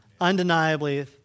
Undeniably